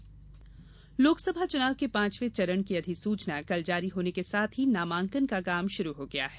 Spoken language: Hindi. नामांकन लोकसभा चुनाव के पांचवे चरण की अधिसूचना कल जारी होने के साथ ही नामांकन का काम शुरू हो गया है